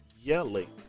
yelling